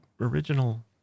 original